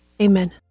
amen